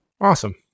Awesome